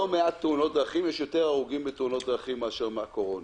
מעדיפים חלופות אחרות.